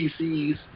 pcs